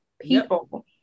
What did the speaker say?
people